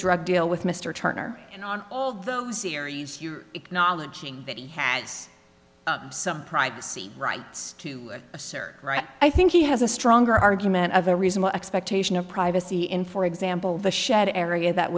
drug deal with mr turner and on all of those series you're acknowledging that he has some privacy rights to assert right i think he has a stronger argument of a reasonable expectation of privacy in for example the shed area that